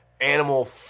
animal